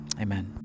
Amen